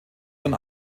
von